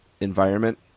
environment